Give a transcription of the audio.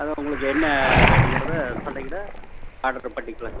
அதான் உங்களுக்கு என்ன வேணுங்கறதை சொன்னிங்கன்னா ஆர்ட்ரு பண்ணிக்கலாம்